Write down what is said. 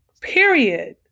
period